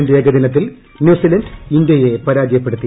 Auckland ഏകദിനത്തിൽ New Zealand ഇന്ത്യയെ പരാജയപ്പെടുത്തി